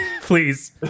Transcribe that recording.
Please